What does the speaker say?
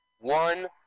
one